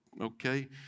okay